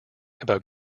about